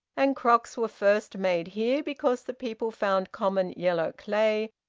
and crocks were first made here because the people found common yellow clay,